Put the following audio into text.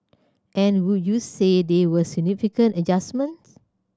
and would you say they were significant adjustments